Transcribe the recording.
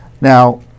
Now